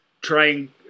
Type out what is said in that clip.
trying